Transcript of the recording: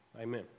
amen